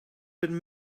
been